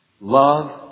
Love